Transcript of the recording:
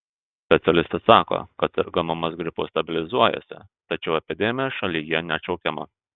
specialistai sako kad sergamumas gripu stabilizuojasi tačiau epidemija šalyje neatšaukiama